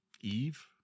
EVE